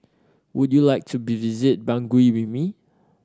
would you like to visit Bangui with me